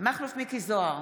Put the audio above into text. מכלוף מיקי זוהר,